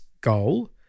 goal